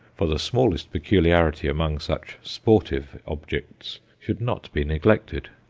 for the smallest peculiarity among such sportive objects should not be neglected.